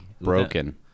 Broken